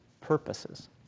purposes